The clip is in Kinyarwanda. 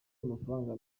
amafaranga